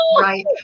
right